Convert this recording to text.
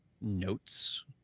notes